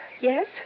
Yes